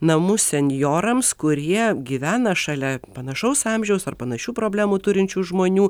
namus senjorams kurie gyvena šalia panašaus amžiaus ar panašių problemų turinčių žmonių